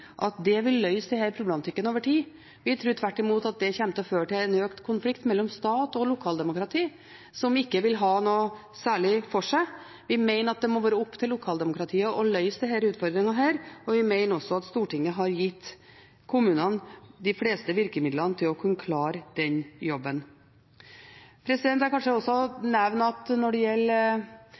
vil løse denne problematikken over tid. Vi tror tvert imot at det kommer til å føre til en økt konflikt mellom stat og lokaldemokrati som ikke vil ha noe særlig for seg. Vi mener at det må være opp til lokaldemokratiet å løse denne utfordringen, og vi mener også at Stortinget har gitt kommunene de fleste virkemidlene til å kunne klare den jobben. Jeg vil også nevne, som representanten fra Arbeiderpartiet var inne på her, at